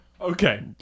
Okay